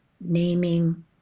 naming